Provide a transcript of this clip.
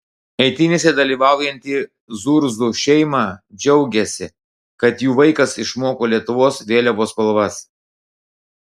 eitynėse dalyvaujanti zurzų šeima džiaugiasi kad jų vaikas išmoko lietuvos vėliavos spalvas